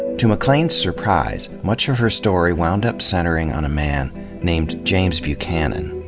to maclean's surprise, much of her story wound up centering on a man named james buchanan.